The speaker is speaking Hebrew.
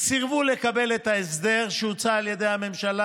סירבו לקבל את ההסדר שהוצע על ידי הממשלה,